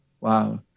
Wow